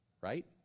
Right